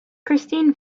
christine